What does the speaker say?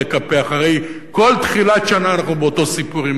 הרי כל תחילת שנה אנחנו באותו סיפור עם מורי היל"ה.